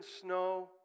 snow